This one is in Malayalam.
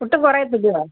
ഒട്ടും കുറയത്തില്ലെയോ